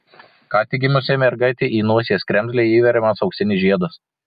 ką tik gimusiai mergaitei į nosies kremzlę įveriamas auksinis žiedas